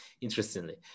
interestingly